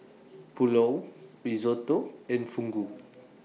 Pulao Risotto and Fugu